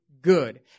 good